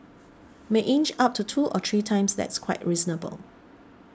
may inch up to two or three times that's quite reasonable